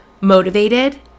motivated